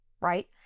right